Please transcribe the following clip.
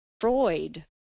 Freud